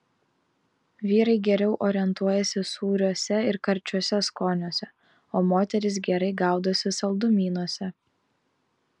vyrai geriau orientuojasi sūriuose ir karčiuose skoniuose o moterys gerai gaudosi saldumynuose